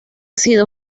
sido